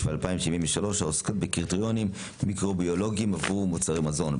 העוסקת בקריטריונים מיקרובילוגיים עבור מוצרי מזון.